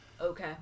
Okay